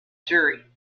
jury